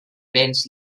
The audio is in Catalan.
béns